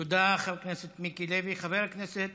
תודה, חבר הכנסת